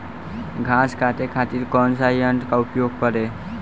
घास काटे खातिर कौन सा यंत्र का उपयोग करें?